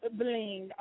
bling